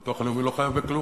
הביטוח הלאומי לא חייב בכלום,